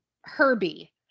Herbie